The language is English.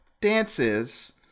dances